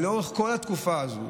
לאורך כל התקופה הזו,